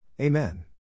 Amen